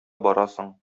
барасың